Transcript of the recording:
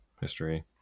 history